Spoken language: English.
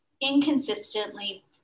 inconsistently